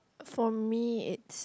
for me it's